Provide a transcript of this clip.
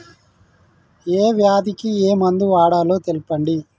ఏ వ్యాధి కి ఏ మందు వాడాలో తెల్పండి?